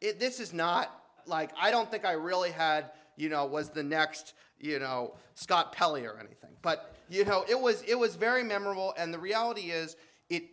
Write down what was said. it this is not like i don't think i really had you know it was the next you know scott pelley or anything but you know it was it was very memorable and the reality is it